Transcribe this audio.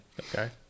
Okay